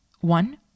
One